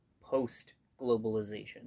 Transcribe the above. post-globalization